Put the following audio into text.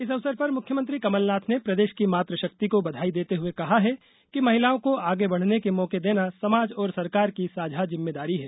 इस अवसर पर मुख्यमंत्री कमलनाथ ने प्रदेश की मातृ शक्ति को बधाई देते हुए कहा है कि महिलाओं को आगे बढ़ने के मौके देना समाज और सरकार की साझा जिम्मेदारी है